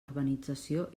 urbanització